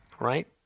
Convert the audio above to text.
right